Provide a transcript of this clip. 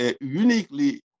uniquely